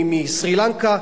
מסרי-לנקה,